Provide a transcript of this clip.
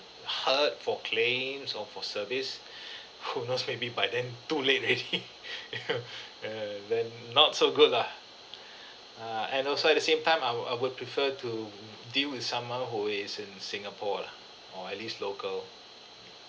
hurt for claims or for service who knows maybe by then too late err then not so good lah err and also at the same time I would I would prefer to deal with someone who is in singapore lah or at least local